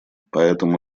поэтому